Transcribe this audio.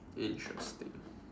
interesting